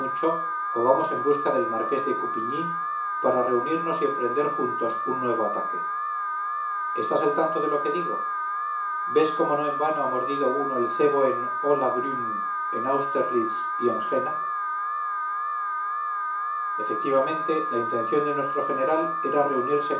o vamos en busca del marqués de coupigny para reunirnos y emprender juntos un nuevo ataque estás al tanto de lo que digo ves cómo no en vano ha mordido uno el cebo en hollabrünn en austerlitz y en jena efectivamente la intención de nuestro general era reunirse